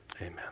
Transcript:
Amen